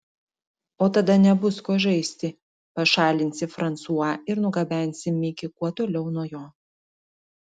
o tada nebus ko žaisti pašalinsi fransua ir nugabensi mikį kuo toliau nuo jo